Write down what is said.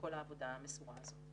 לכל העבודה המסורה הזאת.